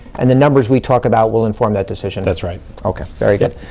and the numbers we talk about will inform that decision. that's right. okay, very good.